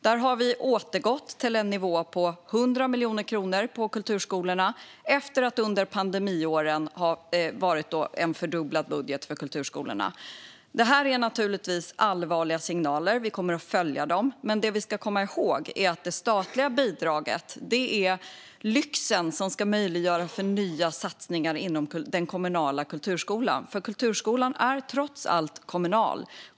Vi har återgått till en nivå på 100 miljoner kronor till kulturskolorna efter att de haft en fördubblad budget under pandemiåren. Detta är naturligtvis allvarliga signaler, och vi kommer att följa dem. Men det vi ska komma ihåg är att det statliga bidraget är lyxen som ska möjliggöra nya satsningar inom den kommunala kulturskolan - för kulturskolan är trots allt kommunal.